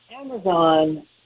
Amazon